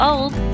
Old